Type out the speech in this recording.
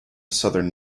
southern